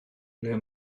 ble